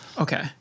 Okay